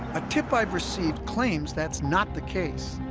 a tip i've received claims that's not the case